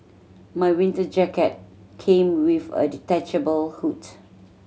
my winter jacket came with a detachable hood